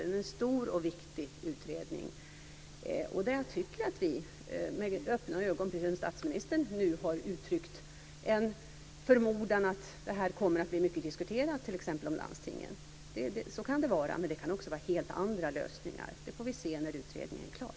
Det är en stor viktig utredning. Jag tycker att vi ska gå in i den med öppna ögon. Statsministern har uttryckt en förmodan om att t.ex. frågan om landstingen kommer att bli mycket diskuterad här. Så kan det vara, men det kan också gälla helt andra lösningar. Det får vi se när utredningen är klar.